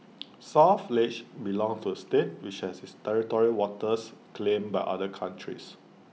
south ledge belonged to A state which has its territorial waters claimed by other countries